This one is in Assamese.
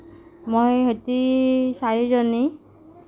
মোৰ সৈতে চাৰিজনী